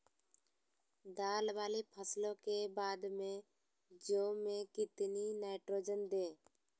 दाल वाली फसलों के बाद में जौ में कितनी नाइट्रोजन दें?